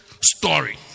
story